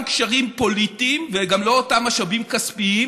קשרים פוליטיים וגם לא את אותם משאבים כספיים,